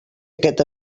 aquest